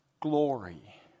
glory